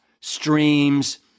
streams